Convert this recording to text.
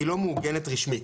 והיא לא מעוגנת רשמית.